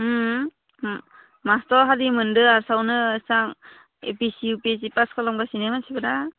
ओम master हारि मोनदों आर्टसावनो इसां A P S C U P S C pass खालामगासिनो मानसिफोरा